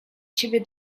ciebie